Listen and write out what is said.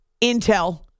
intel